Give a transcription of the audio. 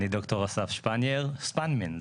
אני ד"ר אסף שפנייר, ספאן-מן.